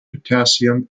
potassium